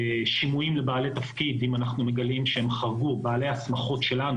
שינועים לבעלי תפקיד אם אנחנו מגלים שהם חרגו בעלי הסמכות שלנו,